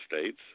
states